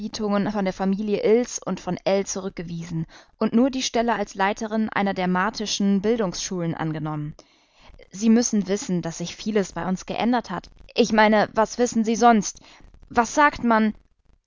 von der familie ills und von ell zurückgewiesen und nur die stelle als leiterin einer der martischen bildungsschulen angenommen sie müssen wissen daß sich vieles bei uns geändert hat ich meine was wissen sie sonst was sagt man